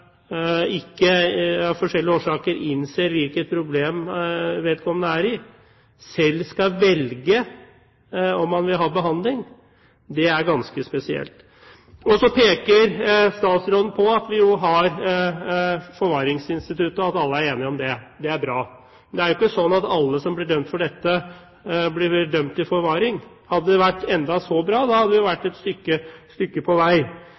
av forskjellige årsaker ikke innser hvilket problem han har, selv skal velge om han vil ha behandling eller ikke, er ganske spesielt. Så peker statsråden på at vi har forvaringsinstituttet, og at alle er enig om det. Det er bra. Men det er jo ikke slik at alle som blir dømt for dette, blir dømt til forvaring. Hadde det vært slik, hadde vi vært et stykke på vei.